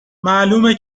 معلومه